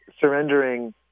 surrendering